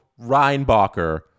Reinbacher